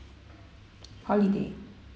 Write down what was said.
holiday